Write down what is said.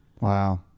Wow